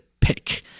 pick